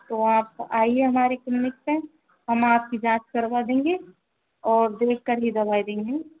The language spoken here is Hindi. तो आप आईये हमारी क्लिनिक पे हम आप की जाँच करवा देंगे और देखकर ही दवाई देंगे